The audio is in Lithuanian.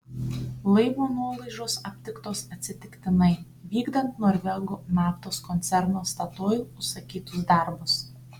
laivo nuolaužos aptiktos atsitiktinai vykdant norvegų naftos koncerno statoil užsakytus darbus